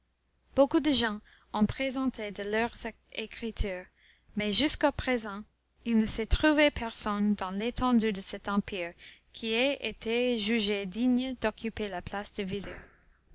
beaucoup de gens ont présenté de leurs écritures mais jusqu'à présent il ne s'est trouvé personne dans l'étendue de cet empire qui ait été jugé digne d'occuper la place du vizir